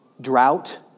drought